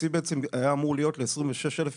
התקציב בעצם היה אמור להיות ל-26,000 משפחות,